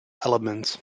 elements